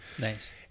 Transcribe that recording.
Nice